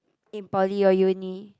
in poly or uni